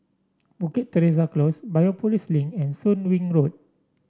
Bukit Teresa Close Biopolis Link and Soon Wing Road